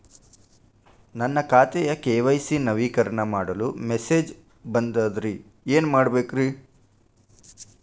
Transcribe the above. ನನ್ನ ಖಾತೆಯ ಕೆ.ವೈ.ಸಿ ನವೇಕರಣ ಮಾಡಲು ಮೆಸೇಜ್ ಬಂದದ್ರಿ ಏನ್ ಮಾಡ್ಬೇಕ್ರಿ?